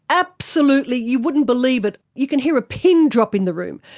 absolutely, you wouldn't believe it. you can hear a pin drop in the room.